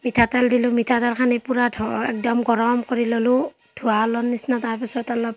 মিঠাতেল দিলোঁ মিঠাতেলখিনি পূৰা ধ একদম গৰম কৰি ল'লোঁ ধোঁৱা ওলোৱাৰ নিচিনা তাৰ পিছত অলপ